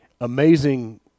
amazing